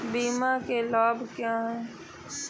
बीमा के लाभ क्या हैं?